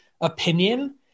opinion